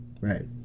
right